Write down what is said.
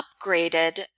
upgraded